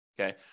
Okay